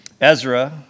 Ezra